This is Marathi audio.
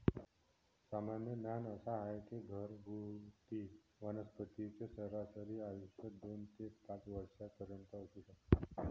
सामान्य ज्ञान असा आहे की घरगुती वनस्पतींचे सरासरी आयुष्य दोन ते पाच वर्षांपर्यंत असू शकते